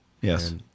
Yes